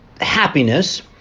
happiness